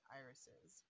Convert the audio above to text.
irises